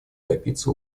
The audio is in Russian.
добиться